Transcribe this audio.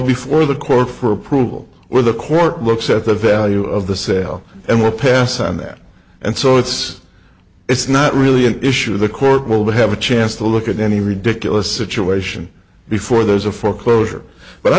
before the court for approval or the court looks at the value of the sale and will pass on that and so it's it's not really an issue the court will have a chance to look at any ridiculous situation before there's a foreclosure but i